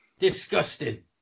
disgusting